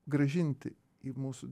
grąžinti į mūsų